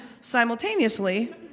simultaneously